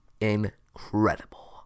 incredible